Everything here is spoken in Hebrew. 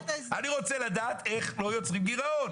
אני רוצה לדעת איך לא יוצרים גירעון.